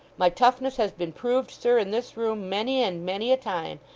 my toughness has been proved, sir, in this room many and many a time,